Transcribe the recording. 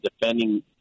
defending